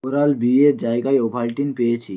oral B এর জায়গায় Ovaltine পেয়েছি